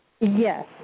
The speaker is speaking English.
Yes